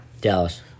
Dallas